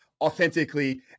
authentically